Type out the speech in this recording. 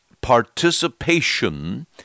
participation